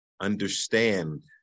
understand